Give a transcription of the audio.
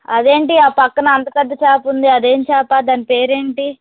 అదే ఏంటి ఆ పక్కన అంత పెద్ద చేప ఉంది అదేం చేప దాని పేరేంటి